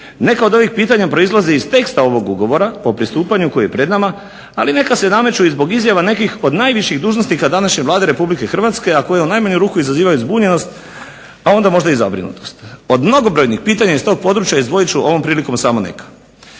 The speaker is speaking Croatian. Neka od ovih pitanja proizlaze iz teksta ovog Ugovora o pristupanju koji je pred nama, ali neka se nameću i zbog izjava nekih od najviših dužnosnika današnje Vlade RH, a koja u najmanju ruku izazivaju zbunjenost, a onda možda i zabrinutost. Od mnogobrojnih pitanja iz tog područja izdvojit ću ovom prilikom samo neka.